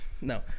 No